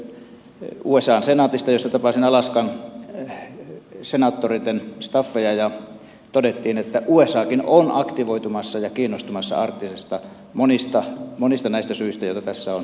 voin kertoa lyhyesti terveiset usan senaatista jossa tapasin alaskan senaattoreitten staffia ja todettiin että usakin on aktivoitumassa ja kiinnostumassa arktisista alueista monista näistä syistä joita tässä on mainittu